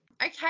Okay